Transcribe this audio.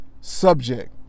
subject